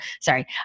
sorry